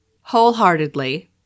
wholeheartedly